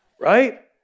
right